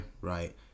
right